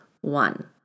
one